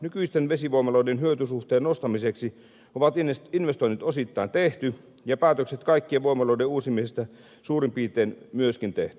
nykyisten vesivoimaloiden hyötysuhteen nostamiseksi on investoinnit osittain tehty ja päätökset kaikkien voimaloiden uusimisesta suurin piirtein myöskin tehty